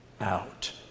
out